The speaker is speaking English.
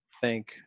thank